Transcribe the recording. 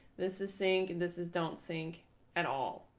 this is sink and this is don't sink at all.